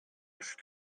ist